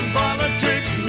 politics